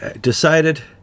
decided